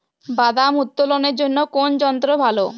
বাদাম উত্তোলনের জন্য কোন যন্ত্র ভালো?